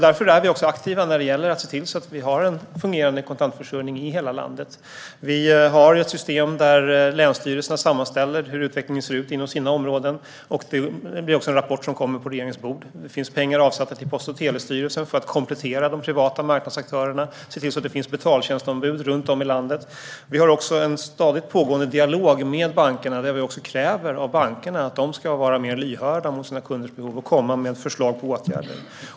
Därför är vi också aktiva när det gäller att se till att vi har en fungerande kontantförsörjning i hela landet. Vi har ett system där länsstyrelserna sammanställer hur utvecklingen ser ut inom deras områden, och detta hamnar som en rapport på regeringens bord. Det finns pengar avsatt till Post och telestyrelsen för att komplettera de privata marknadsaktörerna och se till att det finns betaltjänstombud runt om i landet. Vi har också en stadigt pågående dialog med bankerna, där vi kräver av bankerna att de ska vara mer lyhörda för kundernas behov och komma med förslag på åtgärder.